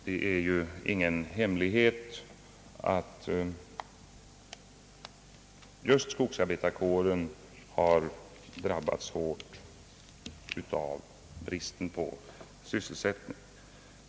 Det är ju ingen hemlighet att just skogsarbetarkåren har drabbats hårt av bristen på sysselsättning.